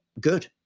good